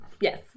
Yes